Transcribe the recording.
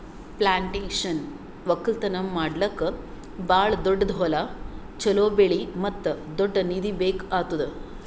plantation ಒಕ್ಕಲ್ತನ ಮಾಡ್ಲುಕ್ ಭಾಳ ದೊಡ್ಡುದ್ ಹೊಲ, ಚೋಲೋ ಬೆಳೆ ಮತ್ತ ದೊಡ್ಡ ನಿಧಿ ಬೇಕ್ ಆತ್ತುದ್